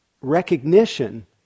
recognition